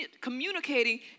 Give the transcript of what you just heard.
Communicating